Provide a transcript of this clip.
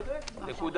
צודק.